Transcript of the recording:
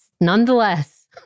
nonetheless